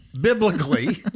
biblically